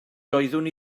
doeddwn